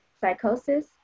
psychosis